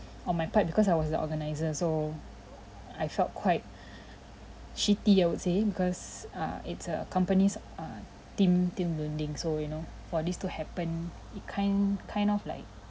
on my part because I was the organiser so I felt quite shitty l would say because ah it's a company's uh team team building so you know for this to happen it kind kind of like